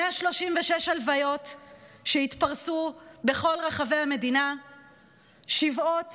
136 הלוויות שיתפרסו בכל רחבי המדינה, שבעות